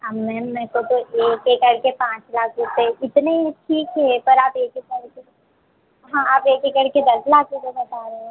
अब मैम मे को तो एक एकड़ के पाँच लाख रुपये इतने ठीक है पर आप एक एकड़ के हाँ आप एक एकड़ के दस लाख रुपये बता रहे हो